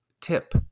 tip